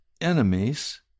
enemies